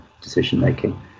decision-making